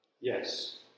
Yes